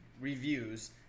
reviews